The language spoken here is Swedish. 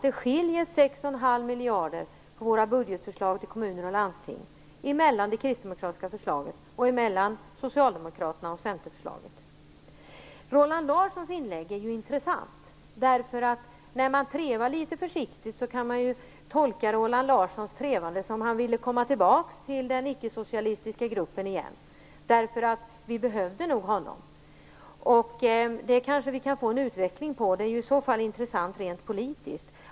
Det skiljer 6,5 miljarder på våra budgetförslag till kommuner och landsting mellan Kristdemokraternas förslag och Roland Larssons inlägg är intressant. När man trevar litet försiktigt kan man tolka Roland Larsson trevande som att han vill komma tillbaks till den ickesocialistiska gruppen igen, eftersom vi nog behövde honom. Det kanske vi kan få utvecklat. Det vore i så fall intressant rent politiskt.